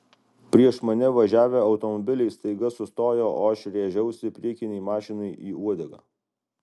prieš mane važiavę automobiliai staiga sustojo o aš rėžiausi priekinei mašinai į uodegą